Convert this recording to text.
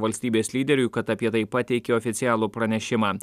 valstybės lyderiui kad apie tai pateikė oficialų pranešimą